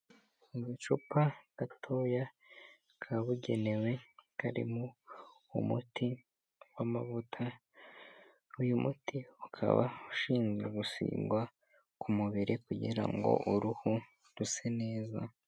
Agacupa gatoya kabugenewe karimo umuti w'amavuta, uyu muti ukaba ushinzwe gusigwa ku mubiri kugira ngo uruhu ruse neza.